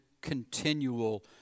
continual